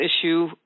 issue